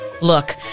Look